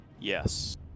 Yes